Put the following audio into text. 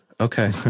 Okay